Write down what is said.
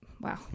wow